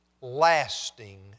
lasting